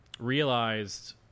Realized